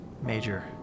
Major